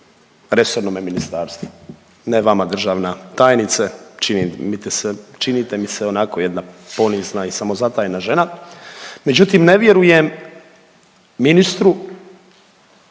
resornome ministarstvu, ne vama državna tajnice. Činite mi se onako jedna ponizna i samozatajna žena. Međutim ne vjerujem ministru,